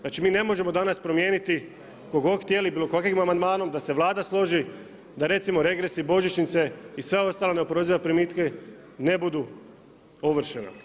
Znači mi ne možemo danas promijeniti, koliko god htjeli, bilo kakvim amandmanom da se Vlada složi da recimo regresi i božićnice i svi ostali neoporezivi primitci ne budu ovršeni.